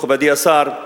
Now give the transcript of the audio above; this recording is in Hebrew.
מכובדי השר,